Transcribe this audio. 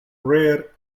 rare